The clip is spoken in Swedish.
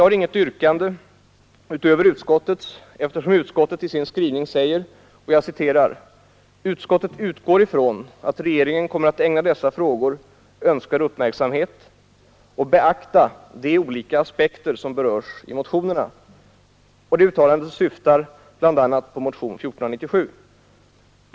Jag har inget yrkande utöver utskottets, eftersom utskottet i sin skrivning säger: ”Utskottet utgår från att regeringen kommer att ägna dessa frågor önskvärd uppmärksamhet och beakta de olika aspekter som berörs i motionerna.” Det uttalandet syftar bl.a. på motionen 1497.